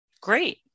great